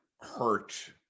hurt